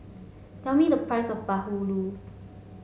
tell me the price of Bahulu